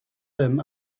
them